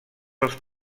els